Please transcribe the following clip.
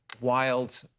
wild